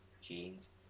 jeans